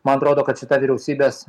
man atrodo kad šita vyriausybės